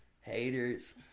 haters